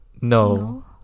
No